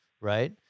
right